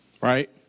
right